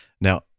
Now